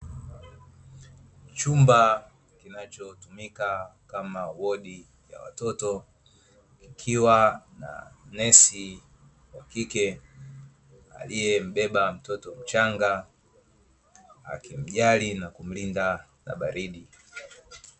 Chumba kinachotumika kama wodi ya watoto kukiwa na nesi wa kike, aliyebeba mtoto mchanga akimjali na kumlinda na baridi.